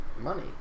money